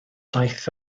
daeth